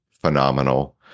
phenomenal